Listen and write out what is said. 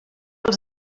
els